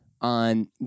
on